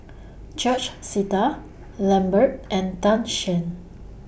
George Sita Lambert and Tan Shen